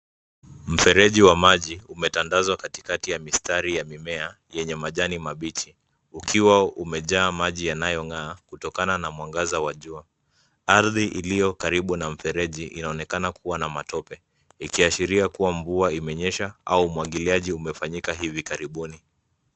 Mfereji wa maji umetandazwa katikati ya mimea yenye majani mabichi ukiwa umejaa maji yanayong'aa kutokana na mwangaza wa jua. Ardhi iliyo karibu na mfereji inaonekana kuwa na matope ikiashiria kuwa mvua imenyesha au umwagiliaji umefanyika hivi karibuni.